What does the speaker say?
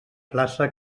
plaça